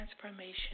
transformation